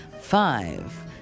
Five